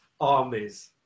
armies